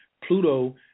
Pluto